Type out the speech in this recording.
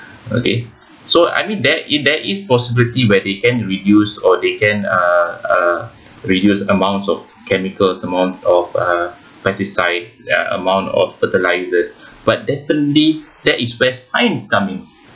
okay so I mean there is there is possibility where they can reduce or they can uh reduce amounts of chemicals amount of uh pesticide uh amount of fertilisers but definitely that is where science come in